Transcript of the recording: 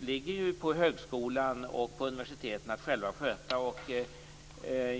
ligger ju på högskolan och universiteten att själva sköta.